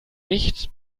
licht